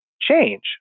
change